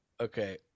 Okay